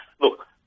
Look